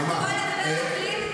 המצוקה שלך לא יכולה לבוא כאן לידי ביטוי.